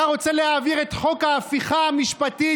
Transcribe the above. אתה רוצה להעביר את חוק ההפיכה המשפטית,